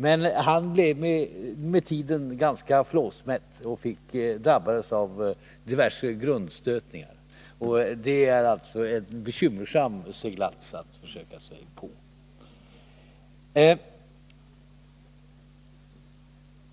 Men han blev med tiden ganska flåsmätt och drabbades av diverse grundstötningar. En sådan seglats är det alltså bekymmersamt att försöka sig på.